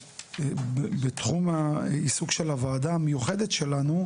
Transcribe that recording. בתחום העיסוק של הוועדה המיוחדת שלנו,